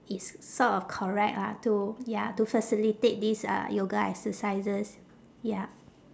is sort of correct lah to ya to facilitate this uh yoga exercises ya